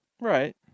right